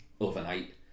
overnight